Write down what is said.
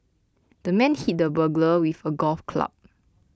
the man hit the burglar with a golf club